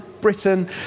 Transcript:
Britain